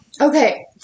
Okay